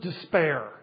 despair